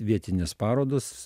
vietinės parodos